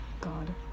God